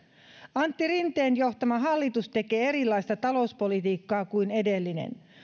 antti rinteen johtama hallitus tekee erilaista talouspolitiikkaa kuin edellinen